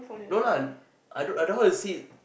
no lah I don't I don't how see